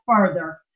further